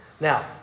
Now